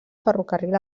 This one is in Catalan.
ferrocarril